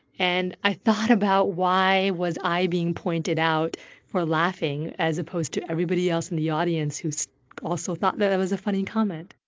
and i thought about why was i being pointed out for laughing, as opposed to everybody else in the audience who so also thought that that was a funny comment?